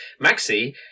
maxi